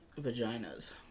vaginas